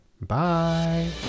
Bye